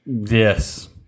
Yes